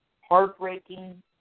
heartbreaking